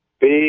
big